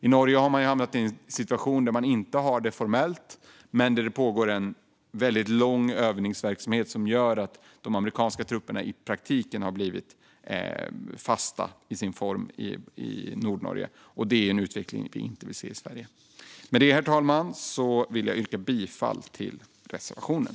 I Norge har man hamnat i en situation där man inte har det formellt men där det pågår en väldigt lång övningsverksamhet som gör att de amerikanska trupperna i praktiken har blivit fasta i sin form i Nordnorge. Det är en utveckling vi inte vill se i Sverige. Med det, herr talman, vill jag yrka bifall till reservationen.